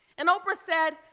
and oprah said,